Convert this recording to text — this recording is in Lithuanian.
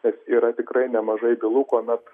nes yra tikrai nemažai bylų kuomet